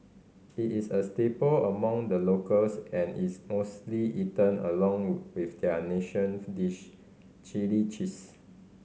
it is a staple among the locals and is mostly eaten along with their nation dish Chilli cheese